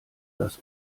das